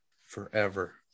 forever